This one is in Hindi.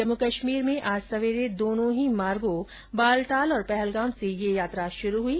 जम्मू कश्मीर में आज सवेरे दोनों ही मार्गों बालटाल और पहलगाम से ये यात्रा शुरू हुई